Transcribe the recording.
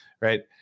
right